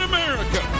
America